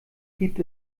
gibt